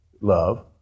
love